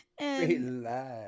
Relax